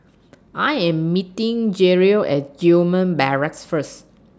I Am meeting Jerrel At Gillman Barracks First